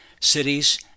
cities